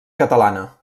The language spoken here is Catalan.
catalana